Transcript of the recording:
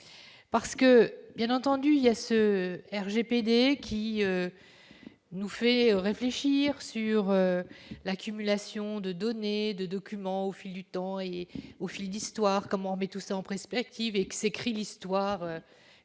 parce que bien entendu il y a ceux RGPD qui nous fait réfléchir sur l'accumulation de données de documents au fil du temps et, au fil d'histoire comment met tout ça en prospectives et s'écrit l'histoire,